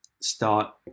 start